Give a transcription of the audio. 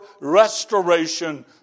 restoration